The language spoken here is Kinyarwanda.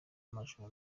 amajoro